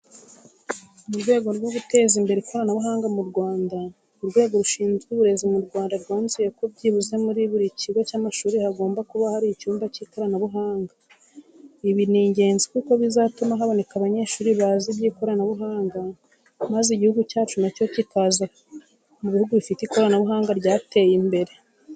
Mu rwego rwo guteza imbere ikoranabuhanga mu Rwanda, Urwego rushizwe Uburezi mu Rwanda rwanzuye ko byibuze muri buri kigo cy'amashuri hagomba buka hari icyumba cy'ikoranabuhanga. Ibi ni ingenzi kuko bizatuma haboneka abanyeshuri bazi iby'ikoranabuhanga maze igihugu cyacu na cyo kikaza mu buhugi bifite ikoranabuhanga ryateye imbere.